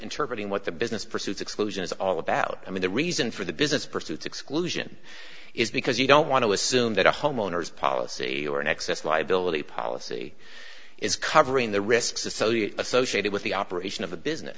interpret what the business pursuits explosion is all about i mean the reason for the business pursuits exclusion is because you don't want to assume that a homeowner's policy or an excess liability policy is covering the risks so you associated with the operation of a business